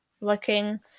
looking